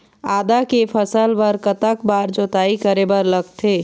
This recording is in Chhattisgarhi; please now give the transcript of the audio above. आदा के फसल बर कतक बार जोताई करे बर लगथे?